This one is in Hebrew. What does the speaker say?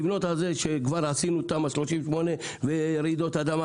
לבנות על זה שכבר עשינו תמ"א 38 ורעידות אדמה,